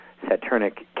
saturnic